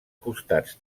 costats